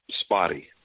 spotty